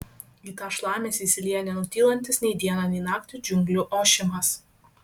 į tą šlamesį įsilieja nenutylantis nei dieną nei naktį džiunglių ošimas